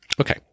Okay